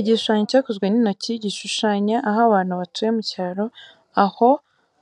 Igishushanyo cyakozwe n’intoki gishushanya aho abantu batuye mu cyaro, aho